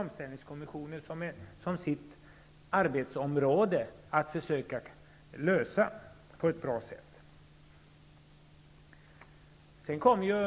Omställningskommissionen har som uppgift att försöka lösa det här på ett bra sätt.